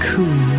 Cool